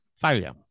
failure